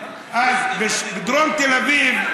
בדרום תל אביב,